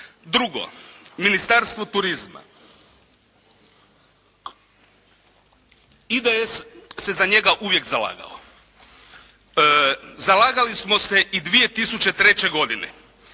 Drugo. Ministarstvo turizma, IDS se za njega uvijek zalagao. Zalagali smo se i 2003. godine.